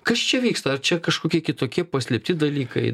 kas čia vyksta ar čia kažkokie kitokie paslėpti dalykai